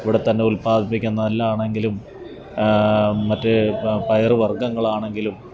ഇവിടെത്തന്നെ ഉല്പ്പാദിപ്പിക്കുന്ന നെല്ല് ആണെങ്കിലും മറ്റ് പയറ് വര്ഗങ്ങളാണെങ്കിലും